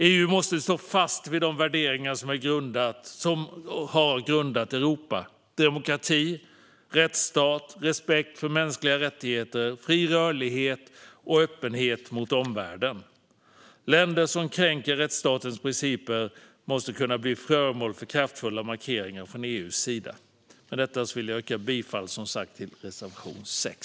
EU måste stå fast vid de värderingar som har grundat Europa: demokrati, rättsstat, respekt för mänskliga rättigheter, fri rörlighet och öppenhet mot omvärlden. Länder som kränker rättsstatens principer måste kunna bli föremål för kraftfulla markeringar från EU:s sida. Men detta yrkar jag bifall till reservation 6.